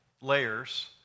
layers